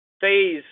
phase